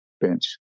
bench